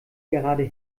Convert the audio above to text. gerade